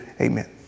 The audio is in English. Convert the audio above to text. Amen